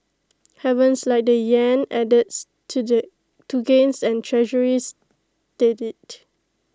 havens like the Yen added to do to gains and Treasuries steadied